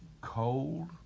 cold